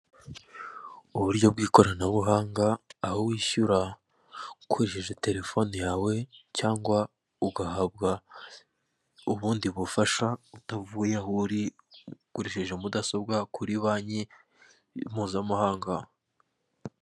Uburyo bw'ikoranabuhanga, aho wishyura ukoresheje terefone yawe cyangwa ugahabwa ubundi bufasha utavuye aho uri ukoresheje mudasobwa kuri banki mpuzamahanga.